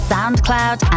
Soundcloud